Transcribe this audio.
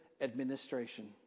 administration